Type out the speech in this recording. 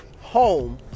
home